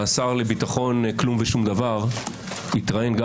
השר לביטחון כלום ושום דבר התראיין גם